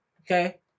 okay